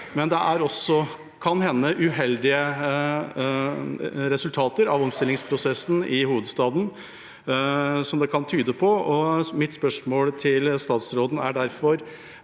Men det er også kan hende uheldige resultater av omstillingsprosessen i hovedstaden, som det kan tyde på, og mitt spørsmål til statsråden er derfor: